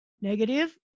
negative